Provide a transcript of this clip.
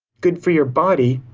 good for your body.